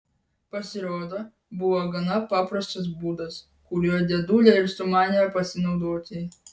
pasirodo buvo gana paprastas būdas kuriuo dėdulė ir sumanė pasinaudoti